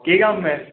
केह् कम्म ऐ